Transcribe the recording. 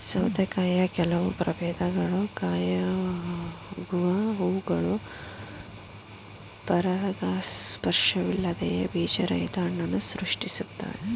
ಸೌತೆಕಾಯಿಯ ಕೆಲವು ಪ್ರಭೇದಗಳು ಕಾಯಾಗುವ ಹೂವುಗಳು ಪರಾಗಸ್ಪರ್ಶವಿಲ್ಲದೆಯೇ ಬೀಜರಹಿತ ಹಣ್ಣನ್ನು ಸೃಷ್ಟಿಸ್ತವೆ